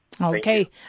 Okay